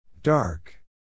Dark